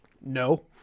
No